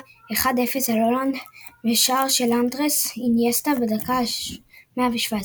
1 - 0 על הולנד משער של אנדרס אינייסטה בדקה ה-117'.